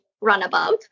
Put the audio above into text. runabout